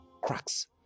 cracks